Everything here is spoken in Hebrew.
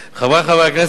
חברי חברי הכנסת,